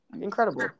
Incredible